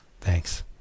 Thanks